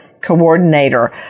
Coordinator